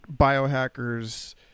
biohackers